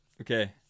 Okay